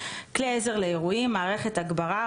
"כלי עזר לאירועים" מערכת הגברה,